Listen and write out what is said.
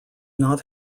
not